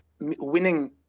Winning